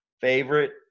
favorite